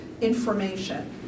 information